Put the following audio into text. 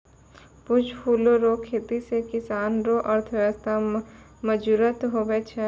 पुष्प फूलो रो खेती से किसान रो अर्थव्यबस्था मजगुत हुवै छै